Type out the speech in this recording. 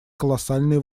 колоссальные